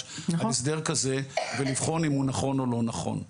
על הסדר כזה ולבחון אם הוא נכון או לא נכון.